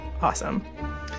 awesome